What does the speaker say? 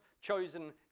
chosen